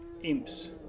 Imps